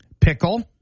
Pickle